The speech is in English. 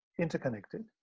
interconnected